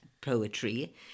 poetry